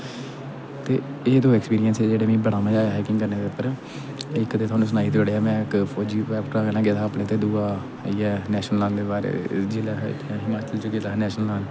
एह् दो एक्सपिरिंस हे जेह्ड़ा मिगी बड़ा मजा आया हा हाइकिंग करने उप्पर इक ते साह्नू सनाई ते औड़ेआ में इक फौजी भ्राऽ कन्नै गेदा हा में अपने ते दूआ इ'यै जिसलै नेशनल लान गेदा हा हिमाचल च गेदा हा नेशनल लान